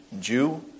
Jew